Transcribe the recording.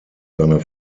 seiner